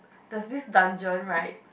there's this dungeon right